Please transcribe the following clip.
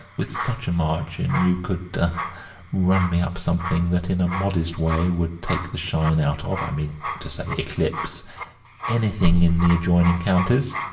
with such a margin, you could ah run me up something that in a modest way would take the shine out of i mean to say eclipse anything in the adjoining counties?